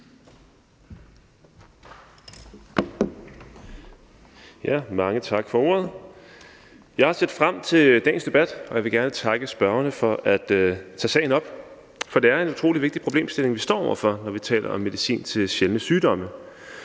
Mange tak for ordet. Jeg har set frem til dagens debat, og jeg vil gerne takke forespørgerne for at tage sagen op, for det er en utrolig vigtig problemstilling, vi står over for, når vi taler om medicin til sjældne sygdomme.